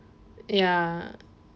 ya